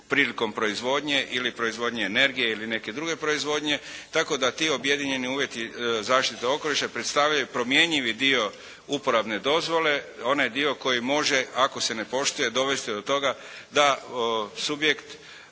prilikom proizvodnje energije ili neke druge proizvodnje, tako da ti objedinjeni uvjeti zaštite okoliša predstavljaju promjenjivi dio uporabni dozvole, onaj dio koji može ako se ne poštuje dovesti do toga da subjekt